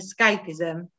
escapism